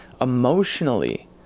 emotionally